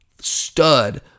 stud